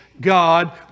God